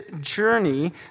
journey